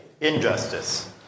injustice